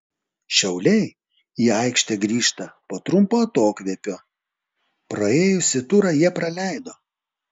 šiauliai į aikštę grįžta po trumpo atokvėpio praėjusį turą jie praleido